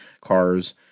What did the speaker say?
cars